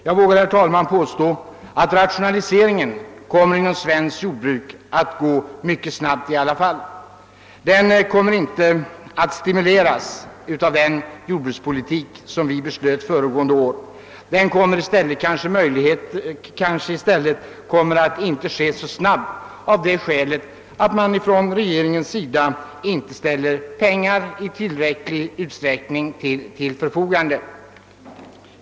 Jag vågar, herr talman, påstå att rationaliseringen inom svenskt jordbruk även härförutan skulle komma att fortgå mycket snabbt. Den kommer inte att stimuleras av den jordbrukspolitik som vi beslöt föregående år. Den kanske i stället inte kommer att ske så snabbt — av det skälet att man från regeringens sida inte i tillräcklig utsträckning ställer pengar till förfogande.